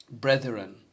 brethren